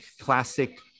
classic